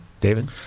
David